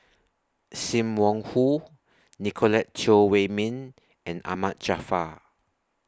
SIM Wong Hoo Nicolette Teo Wei Min and Ahmad Jaafar